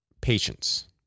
patience